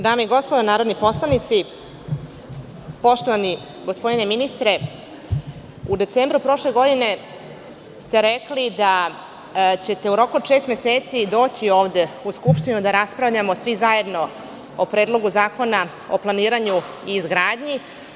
Dame i gospodo narodni poslanici, poštovani gospodine ministre, u decembru prošle godine ste rekli da ćete u roku šest meseci doći ovde u Skupštinu da raspravljamo svi zajedno o Predlogu zakona o planiranju i izgradnji.